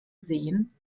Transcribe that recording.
sehen